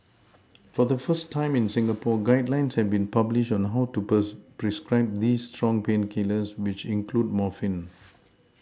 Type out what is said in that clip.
for the first time in Singapore guidelines have been published on how to prescribe these strong painkillers which include morphine